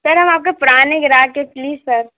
sir हम आपके पुराने गिराक है प्लीज़ सर